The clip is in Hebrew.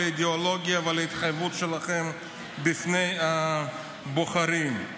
האידיאולוגיה ועל ההתחייבות שלכם בפני הבוחרים.